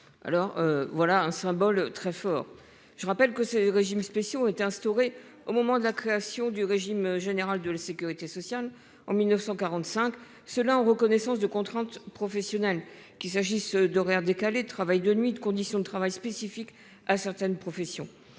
Alors voilà un symbole très fort, je rappelle que ces régimes spéciaux ont été instaurées au moment de la création du régime général de la Sécurité sociale en 1945 cela en reconnaissance de contraintes professionnelles qu'il s'agisse d'horaires décalés, travail de nuit, de conditions de travail spécifique à certaines professions.